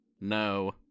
No